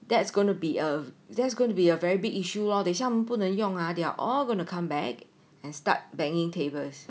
that's gonna be a that's going to be a very big issue lor 等一下他们不能用啊 they're all going to come back and start banging tables